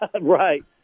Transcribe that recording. Right